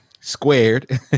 squared